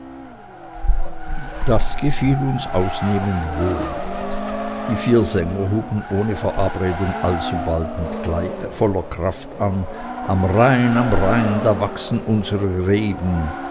das gefiel uns ausnehmend wohl die vier sänger huben ohne verabredung alsogleich mit voller kraft an am rhein am rhein da wachsen unsre reben